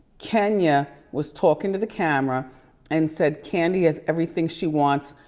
kenya was talking to the camera and said, kandi has everything she wants.